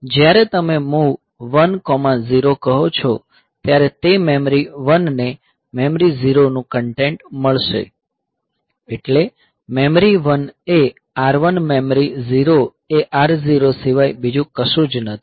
જ્યારે તમે MOV 10 કહો છો ત્યારે તે મેમરી 1 ને મેમરી 0 નું કન્ટેન્ટ મળશે એટલે મેમરી 1 એ R1 મેમરી 0 એ R0 સિવાય બીજું કશું જ નથી